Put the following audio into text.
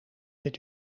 dit